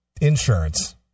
insurance